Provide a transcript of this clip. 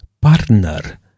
partner